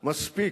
"מספיק".